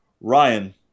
Ryan